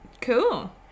cool